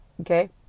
Okay